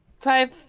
Five